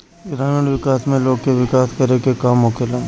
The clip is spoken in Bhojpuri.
ग्रामीण विकास में लोग के विकास करे के काम होखेला